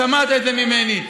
שמעת את זה ממני.